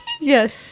Yes